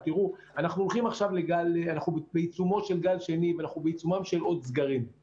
אנחנו עונים לשאלות ומנסים כל הזמן להיות עם